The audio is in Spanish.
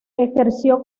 ejerció